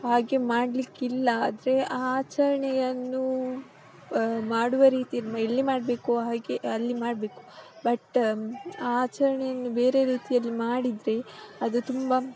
ಹಾಗೆ ಮಾಡಲಿಕ್ಕಿಲ್ಲ ಆದರೆ ಆ ಆಚರಣೆಯನ್ನು ಮಾಡುವ ರೀತಿ ಎಲ್ಲಿ ಮಾಡಬೇಕು ಹಾಗೆ ಅಲ್ಲಿ ಮಾಡಬೇಕು ಬಟ್ ಆ ಆಚರಣೆಯನ್ನು ಬೇರೆ ರೀತಿಯಲ್ಲಿ ಮಾಡಿದರೆ ಅದು ತುಂಬ